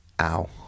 Ow